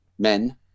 men